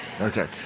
Okay